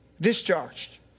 discharged